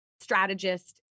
strategist